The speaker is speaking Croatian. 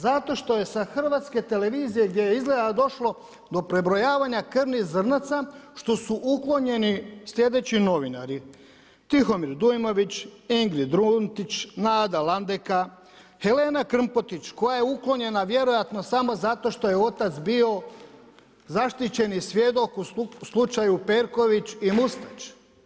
Zato što je sa Hrvatske televizije gdje je izgleda došlo do prebrojavanja krvnih zrnaca što su uklonjeni sljedeći novinari Tihomir Dujmović, Egrid Runtić, Nada Landeka, Helena Krmpotić koja je uklonjena vjerojatno samo zato što je otac bio zaštićeni svjedok u slučaju Perković i Mustač.